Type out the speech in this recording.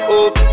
up